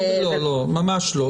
ממש לא.